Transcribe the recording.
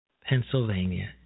Pennsylvania